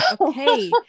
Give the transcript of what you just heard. okay